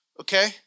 Okay